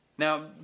Now